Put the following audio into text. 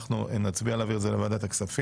אנחנו נצביע על להעביר את זה לוועדת הכספים.